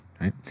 right